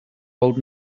old